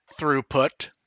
throughput